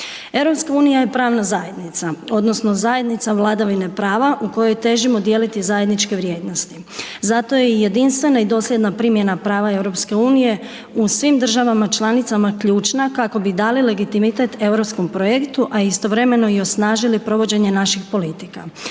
EU je pravna zajednica, odnosno zajednica vladavine prave u kojoj težimo dijeliti zajedničke vrijednosti, zato je jedinstvena i dosljedna primjena prava EU u svim državama članicama ključna kako bi dali legitimitet Europskom projektu, a istovremeno i osnažili provođenje naših politika.